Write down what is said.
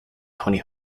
twenty